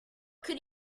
could